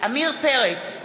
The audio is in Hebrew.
עמיר פרץ,